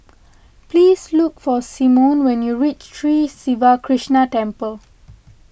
please look for Symone when you reach Sri Siva Krishna Temple